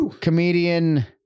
Comedian